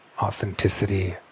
authenticity